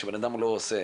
כשבן אדם לא עושה,